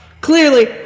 Clearly